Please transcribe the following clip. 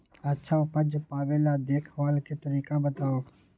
अच्छा उपज पावेला देखभाल के तरीका बताऊ?